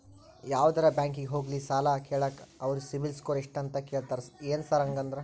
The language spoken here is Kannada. ಯಾವದರಾ ಬ್ಯಾಂಕಿಗೆ ಹೋಗ್ಲಿ ಸಾಲ ಕೇಳಾಕ ಅವ್ರ್ ಸಿಬಿಲ್ ಸ್ಕೋರ್ ಎಷ್ಟ ಅಂತಾ ಕೇಳ್ತಾರ ಏನ್ ಸಾರ್ ಹಂಗಂದ್ರ?